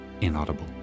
inaudible